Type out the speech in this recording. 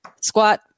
Squat